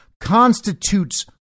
constitutes